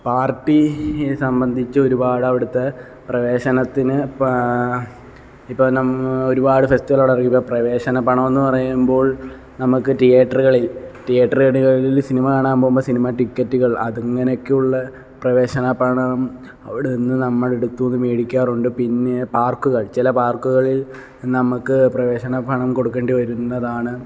party സംബന്ധിച്ച് ഒരുപാട് അവിടുത്തെ പ്രവേശനത്തിന് ഇപ്പം ഇപ്പം നം ഒരുപാട് ഫെസ്റ്റിവൽ ഇപ്പം പ്രവേശന പണമെന്ന് പറയുമ്പോൾ നമുക്ക് തിയേറ്ററുകളിൽ തിയേറ്ററുകളിൽ സിനിമ കാണാൻ പോകുമ്പോൾ സിനിമ ടിക്കറ്റുകൾ അതിങ്ങനെയൊക്കെയുള്ള പ്രവേശന പണം അവിടുന്ന് നമ്മളുടെ അടുത്തു നിന്ന് മേടിക്കാറുണ്ട് പിന്നെ പാർക്കുകൾ ചില പാർക്കുകൾ പാർക്കുകളിൽ നമുക്ക് പ്രവേശന പണം കൊടുക്കേണ്ടി വരുന്നതാണ്